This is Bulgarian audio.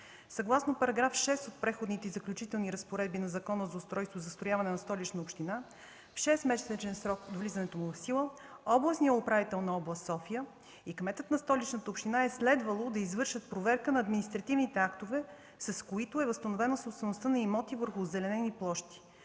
Съгласно § 6 от Преходните и заключителни разпоредби на Закона за устройството и застрояването на Столична община в 6-месечен срок от влизането му в сила областният управител на област София и кметът на Столичната община е следвало да извършат проверка на административните актове, с които е възстановена собствеността на имоти върху озеленени площи